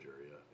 area